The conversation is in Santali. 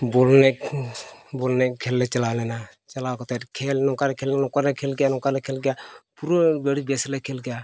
ᱵᱚᱞ ᱮᱱᱮᱡ ᱵᱚᱞ ᱮᱱᱮᱡ ᱠᱷᱮᱞ ᱞᱮ ᱪᱟᱞᱟᱣ ᱞᱮᱱᱟ ᱪᱟᱞᱟᱣ ᱠᱟᱛᱮᱫ ᱠᱷᱮᱞ ᱱᱚᱝᱠᱟ ᱞᱮ ᱠᱷᱮᱞ ᱠᱮᱜᱼᱟ ᱱᱚᱝᱠᱟ ᱞᱮ ᱠᱷᱮᱞ ᱠᱮᱜᱼᱟ ᱱᱚᱝᱠᱟ ᱞᱮ ᱠᱷᱮᱞ ᱠᱮᱜᱼᱟ ᱯᱩᱨᱟᱹ ᱟᱹᱰᱤ ᱵᱮᱥ ᱞᱮ ᱠᱷᱮᱞ ᱠᱮᱜᱼᱟ